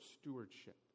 stewardship